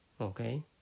Okay